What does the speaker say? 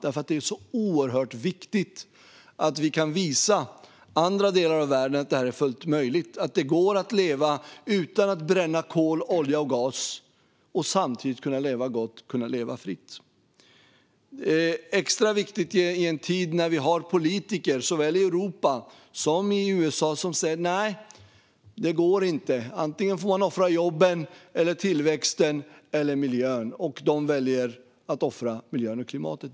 För det är oerhört viktigt att vi kan visa andra delar av världen att detta är fullt möjligt: Det går att leva utan att bränna kol, olja och gas och samtidigt leva gott och fritt. Det är extra viktigt i en tid då vi har politiker, såväl i Europa som i USA, som säger att det inte går och att man antingen får offra jobben, tillväxten eller miljön. De väljer att offra miljön och klimatet.